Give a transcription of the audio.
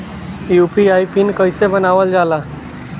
UPI PIN कइसे बनावल जाला?